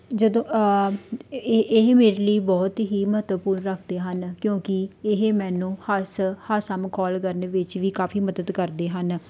ਜਦੋਂ ਇਹ ਇਹ ਮੇਰੇ ਲਈ ਬਹੁਤ ਹੀ ਮਹੱਤਵਪੂਰਨ ਰੱਖਦੇ ਹਨ ਕਿਉਂਕਿ ਇਹ ਮੈਨੂੰ ਹੱਸ ਹਾਸਾ ਮਖੌਲ ਕਰਨ ਵਿੱਚ ਵੀ ਕਾਫ਼ੀ ਮਦਦ ਕਰਦੇ ਹਨ